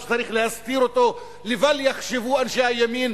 או שצריך להסתיר אותו לבל יחשבו אנשי הימין